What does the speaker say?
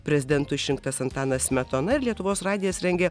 prezidentu išrinktas antanas smetona ir lietuvos radijas rengia